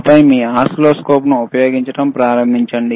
ఆపై మీ ఓసిల్లోస్కోప్ను ఉపయోగించడం ప్రారంభించండి